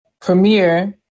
premiere